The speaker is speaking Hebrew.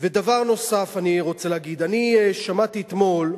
דבר נוסף אני רוצה להגיד: אני שמעתי אתמול,